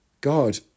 God